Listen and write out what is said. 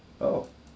oh